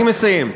אני מסיים.